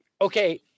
Okay